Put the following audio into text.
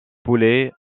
poulet